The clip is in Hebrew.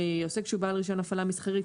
עוסק שהוא בעל רישיון הפעלה מסחרית,